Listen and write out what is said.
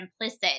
implicit